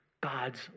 God's